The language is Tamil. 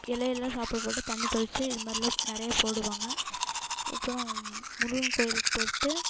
இலையெல்லாம் சாப்பாடு போட்டு தண்ணி தெளித்து இது மாதிரிலாம் நெறைய போடுவாங்க அதுக்கப்புறம் முருகன் கோவிலுக்கு போயிட்டு